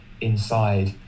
inside